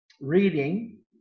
reading